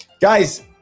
Guys